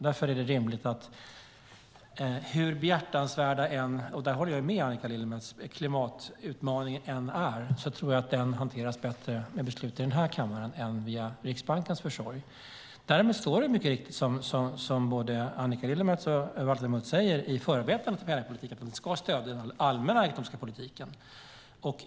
Hur behjärtansvärd klimatutmaningen än är - där håller jag med Annika Lillemets - tror jag att den hanteras bättre genom beslut i den här kammaren än via Riksbanken. Däremot står det mycket riktigt, som både Annika Lillemets och Valter Mutt säger, i förarbetena till penningpolitiken att de inte ska stödja den allmänna ekonomiska politiken.